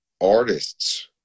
artists